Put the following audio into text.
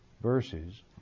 verses